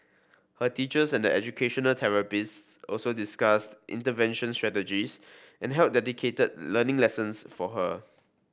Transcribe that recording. her teachers and educational therapists also discussed intervention strategies and held dedicated learning lessons for her